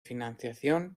financiación